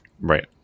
Right